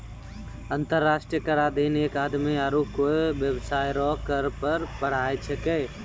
अंतर्राष्ट्रीय कराधीन एक आदमी आरू कोय बेबसाय रो कर पर पढ़ाय छैकै